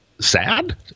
sad